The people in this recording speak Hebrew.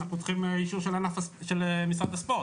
אנחנו צריכים אישור של משרד הספורט.